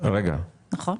ל-15%.